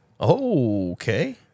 okay